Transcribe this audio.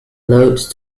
allowed